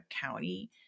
County